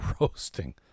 roasting